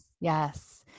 Yes